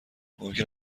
ممکن